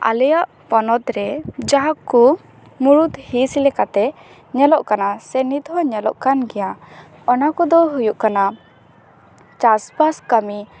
ᱟᱞᱮᱭᱟᱜ ᱯᱚᱱᱚᱛ ᱨᱮ ᱡᱟᱦᱟᱸ ᱠᱚ ᱢᱩᱬᱩᱛ ᱦᱤᱸᱥ ᱞᱮᱠᱟᱛᱮ ᱧᱮᱞᱚᱜ ᱠᱟᱱᱟ ᱥᱮ ᱱᱤᱛ ᱦᱚᱸ ᱧᱮᱞᱚᱜ ᱠᱟᱱ ᱜᱮᱭᱟ ᱚᱱᱟ ᱠᱚᱫᱚ ᱦᱩᱭᱩᱜ ᱠᱟᱱᱟ ᱪᱟᱥᱵᱟᱥ ᱠᱟᱹᱢᱤ